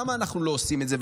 למה אנחנו לא עושים את זה,